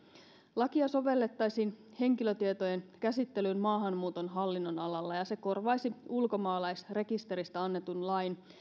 lakia sovellettaisiin henkilötietojen käsittelyyn maahanmuuton hallinnonalalla ja se korvaisi ulkomaalaisrekisteristä annetun lain